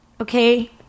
Okay